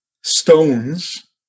stones